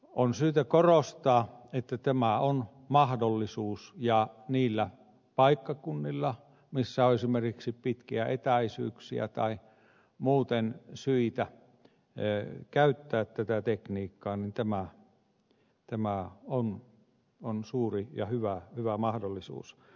on syytä korostaa että tämä on mahdollisuus ja niillä paikkakunnilla joilla on esimerkiksi pitkiä etäisyyksiä tai muuten syitä käyttää tätä tekniikkaa tämä on suuri ja hyvä mahdollisuus